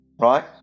right